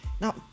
Now